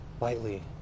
lightly